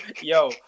Yo